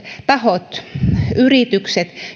tahot ja yritykset